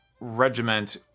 regiment